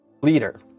leader